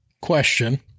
question